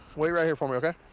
wait right here for me, ok?